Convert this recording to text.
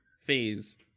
phase